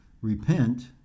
repent